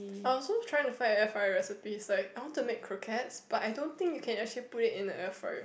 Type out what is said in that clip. I also trying to find a air fryer recipes like I want to make croquettes but I don't think you can actually put it in a air fryer